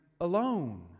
alone